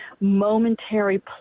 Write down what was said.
momentary